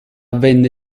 venne